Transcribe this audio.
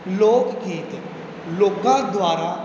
ਲੋਕ ਗੀਤ ਲੋਕਾਂ ਦੁਆਰਾ